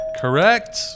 Correct